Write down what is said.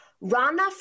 Rana